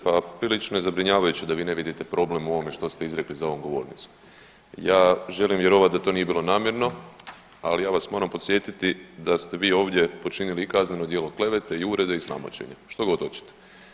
Pa poprilično je zabrinjavajuće da vi ne vidite problem u ovome što ste izrekli za ovom govornicom, ja želim vjerovati da to nije bilo namjerno, ali ja vas moram podsjetiti da ste vi ovdje počinili i kazneno djelo klevete i uvrede i sramoćenja, štogod hoćete.